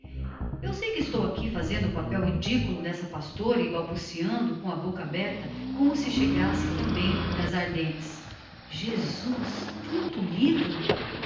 eu sei que estou aqui fazendo o papel ridiculo d'esta pastora e balbuciando com a bocca aberta como se chegasse tambem das ardennes jesus tanto livro